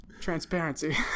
Transparency